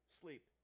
Sleep